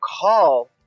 call